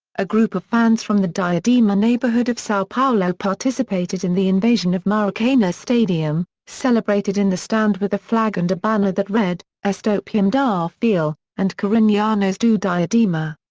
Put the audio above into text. a group of fans from the diadema neighborhood of sao paulo participated in the invasion of maracana stadium, celebrated in the stand with a flag and a banner that read, estopim da fiel and corinthianos do diadema.